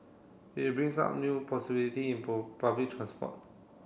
it brings up new possibility in public transport